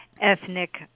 ethnic